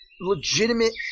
legitimate